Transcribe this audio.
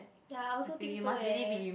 ya I also think so eh